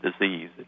disease